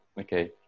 Okay